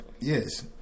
Yes